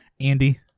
Andy